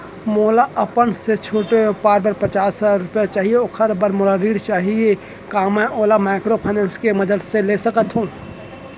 मोला अपन छोटे से व्यापार बर पचास हजार रुपिया चाही ओखर बर मोला ऋण चाही का मैं ओला माइक्रोफाइनेंस के मदद से ले सकत हो?